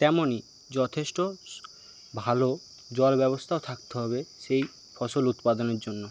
তেমনই যথেষ্ট ভালো জল ব্যবস্থা থাকতে হবে সেই ফসল উৎপাদনের জন্য